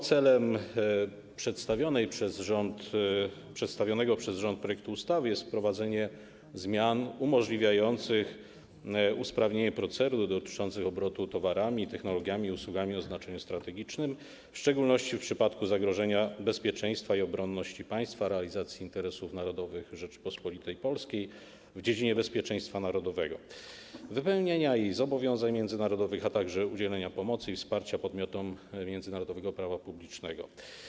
Celem przedstawionego przez rząd projektu ustawy jest wprowadzenie zmian umożliwiających usprawnienie procedur dotyczących obrotu towarami, technologiami, usługami o znaczeniu strategicznym, w szczególności w przypadku zagrożenia bezpieczeństwa i obronności państwa, realizacji interesów narodowych Rzeczypospolitej Polskiej w dziedzinie bezpieczeństwa narodowego, wypełniania zobowiązań międzynarodowych, a także udzielania pomocy i wsparcia podmiotom międzynarodowego prawa publicznego.